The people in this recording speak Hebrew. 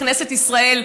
בכנסת ישראל,